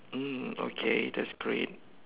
mm okay that's great